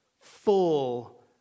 full